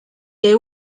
they